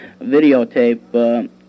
videotape